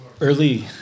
Early